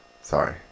Sorry